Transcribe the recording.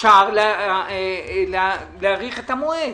אפשר להאריך את המועד.